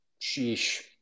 Sheesh